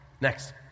next